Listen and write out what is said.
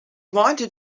wanted